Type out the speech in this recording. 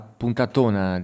puntatona